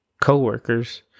co-workers